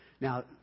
Now